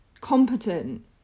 competent